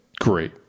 Great